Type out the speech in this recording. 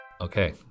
Okay